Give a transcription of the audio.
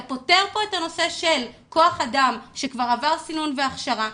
אתה פותר פה את הנושא של כוח אדם שכבר עבר סינון והכשרה,